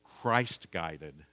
Christ-guided